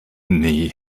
nie